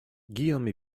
guillaume